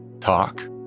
talk